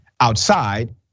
outside